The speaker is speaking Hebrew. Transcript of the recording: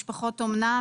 משפחות אומנה,